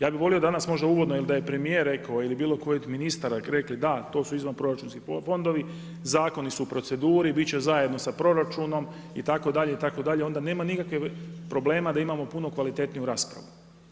Ja bih volio danas možda uvodno ili da je premijer rekao ili bilo koji od ministara rekli da, to su izvanproračunski fondovi, zakoni su u proceduri, bit će zajedno sa proračunom itd. onda nema nikakvog problema da imamo puno kvalitetniju raspravu.